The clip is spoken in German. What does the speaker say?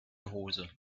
hose